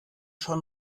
schon